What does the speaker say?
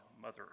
Mother